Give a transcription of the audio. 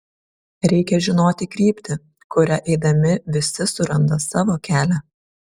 reikia žinoti kryptį kuria eidami visi suranda savo kelią